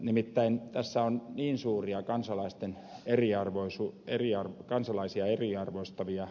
nimittäin tässä on niin suuria kansalaisia eriarvoistavia seikkoja